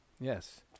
Yes